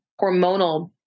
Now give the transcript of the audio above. hormonal